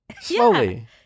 Slowly